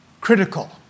Critical